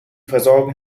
versorgung